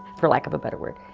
for lack of a better word,